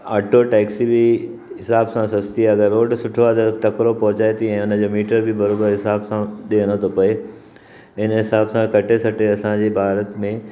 auto taxi बि हिसाब सां सस्ती आहे अगरि रोड सुठो आहे त तकिड़ो पहुचाए थी ऐं हुन जो मीटर बि बराबरि हिसाब सां ॾियणो ते पए हिन हिसाब सां कटे सटे असांजे भारत में